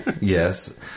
Yes